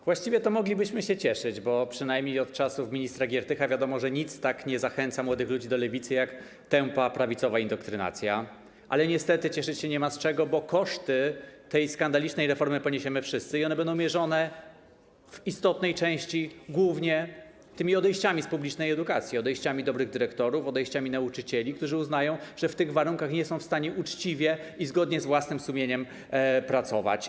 Właściwie moglibyśmy się cieszyć, bo przynajmniej od czasów ministra Giertycha wiadomo, że nic tak nie zachęca młodych ludzi do Lewicy jak tępa, prawicowa indoktrynacja, ale niestety cieszyć się nie ma z czego, bo koszty tej skandalicznej reformy poniesiemy wszyscy i one będą mierzone w istotnej części głównie tymi odejściami z publicznej edukacji, odejściami dobrych dyrektorów, nauczycieli, którzy uznają, że w tych warunkach nie są w stanie uczciwie i zgodnie z własnym sumieniem pracować.